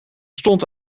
stond